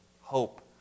hope